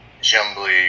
jumbly